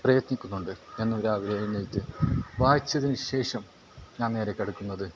പ്രയത്നിക്കുന്നുണ്ട് എന്നും രാവിലെ എഴുന്നേറ്റ് വായിച്ചതിന് ശേഷം ഞാൻ നേരെ കടക്കുന്നത്